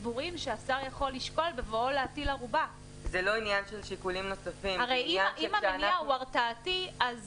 זה עניין שכשאנחנו --- הרי אם המניע הוא הרתעתי אז